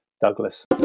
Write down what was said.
Douglas